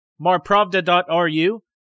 marpravda.ru